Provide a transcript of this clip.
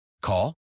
Call